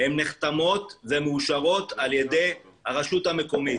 נחתמות ומאושרות על ידי הרשות המקומית.